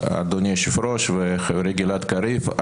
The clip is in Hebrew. אדוני היושב-ראש וחברי גלעד קריב,